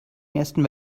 ersten